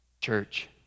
Church